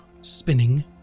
spinning